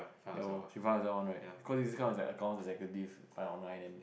ya lor she find herself one right cause this kind is like accounts executive find online then